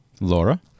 Laura